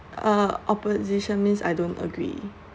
um opposition means I don't agree